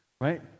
Right